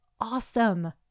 awesome